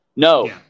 No